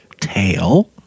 tail